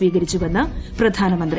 സ്വീകരിച്ചുവെന്ന് പ്രധാനമന്ത്രി